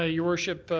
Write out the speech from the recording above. ah your worship,